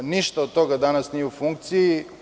Ništa od toga danas nije u funkciji.